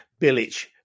Bilic